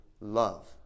love